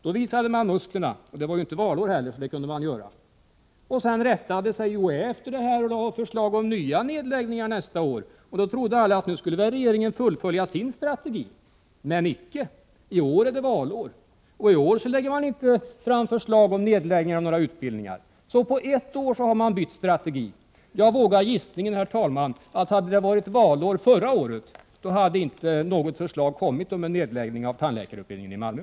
Då visade man musklerna — det kunde man göra för det var ju inte valår. UHÄ rättade sig därefter och lade fram förslag om nya nedläggningar nästa år. Då trodde alla att regeringen skulle fullfölja sin strategi — men icke! I år är det valår, så i år lägger man inte fram förslag om nedläggning av några utbildningar. På ett år har man således bytt strategi. Jag vågar mig på gissningen, herr talman, att hade det varit valår förra året, hade inte något förslag kommit om en nedläggning av tandläkarutbildningen i Malmö.